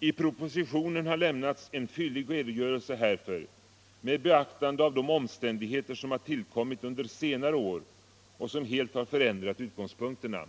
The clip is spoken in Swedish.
I propositionen har lämnats en fyllig redogörelse härför med beaktande av de omständigheter som har tillkommit under senare år och som helt har förändrat utgångspunkterna.